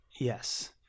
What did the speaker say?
yes